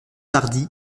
tardy